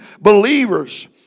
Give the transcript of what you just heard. believers